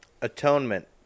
Atonement